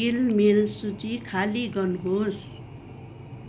किनमेल सूची खाली गर्नुहोस्